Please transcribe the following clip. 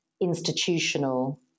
institutional